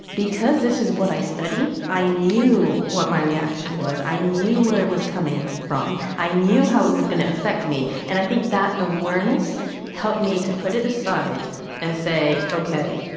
because this is what i study, i knew what my reaction was. i knew where it was coming from. i knew how it was going to affect me. and i think that awareness helped me to put it aside and say, ok,